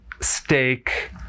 steak